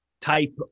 type